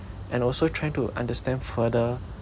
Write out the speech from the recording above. and also trying to understand further